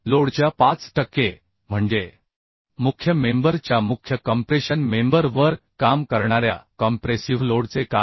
लोडच्या 5 टक्के म्हणजे मुख्य मेंबर च्या मुख्य कॉम्प्रेशन मेंबर वर काम करणाऱ्या कॉम्प्रेसिव्ह लोडचे काय